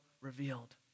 revealed